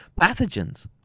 pathogens